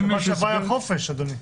בשבת שעברה הייתה חופשה, אדוני.